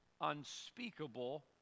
unspeakable